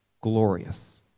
glorious